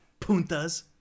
Puntas